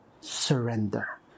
surrender